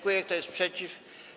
Kto jest przeciw?